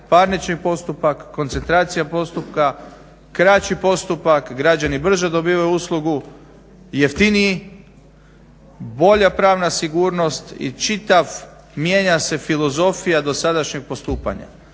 parnični postupak, koncentracija postupka, kraći postupak građani brže dobivaju uslugu i jeftiniji, bolja pravna sigurnost i čitav mijenja se filozofija dosadašnjeg postupanja.